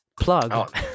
Plug